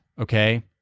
Okay